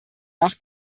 nach